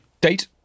date